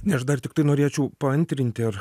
ne aš dar tiktai norėčiau paantrinti ir